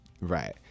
Right